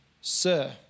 Sir